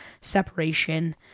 separation